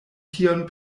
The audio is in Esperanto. tion